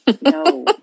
No